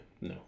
No